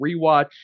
rewatch